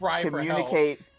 communicate